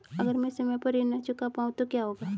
अगर म ैं समय पर ऋण न चुका पाउँ तो क्या होगा?